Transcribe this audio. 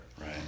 right